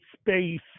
space